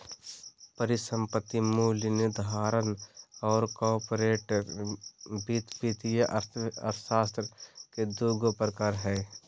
परिसंपत्ति मूल्य निर्धारण और कॉर्पोरेट वित्त वित्तीय अर्थशास्त्र के दू गो प्रकार हइ